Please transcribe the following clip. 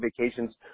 Vacations